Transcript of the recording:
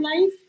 life